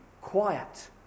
quiet